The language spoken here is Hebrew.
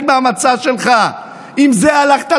לשוטרי